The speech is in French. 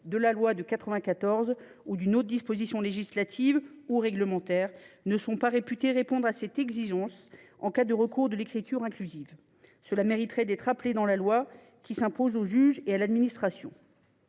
de la loi de 1994 ou d’une autre disposition législative ou réglementaire, ne sont pas réputés répondre à cette exigence en cas de recours à l’écriture inclusive. Cela méritait d’être inscrit dans la loi, qui s’impose au juge et à l’administration.